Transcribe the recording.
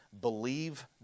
Believe